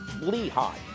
Lehigh